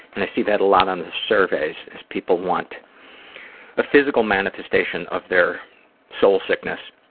and i see that a lot on the surveys as people want a physical manifestation of their soul sickness.